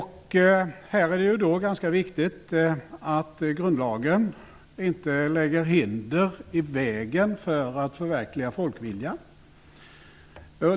Här är det ju då viktigt att grundlagen inte lägger hinder i vägen för att förverkliga folkviljan.